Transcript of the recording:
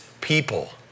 people